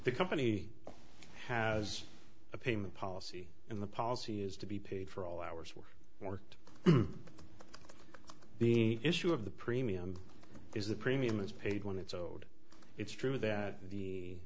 the company has a payment policy in the policy is to be paid for all hours were worked the issue of the premium is the premium is paid when it's owed it's true that the